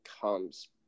comes